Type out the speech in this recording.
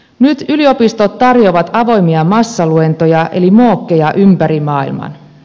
nyt yliopistot tarjoavat avoimia massaluentoja eli mooceja ympäri maailman